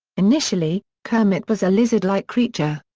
initially, kermit was a lizard-like creature.